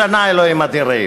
בשנה, אלוהים אדירים,